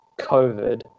covid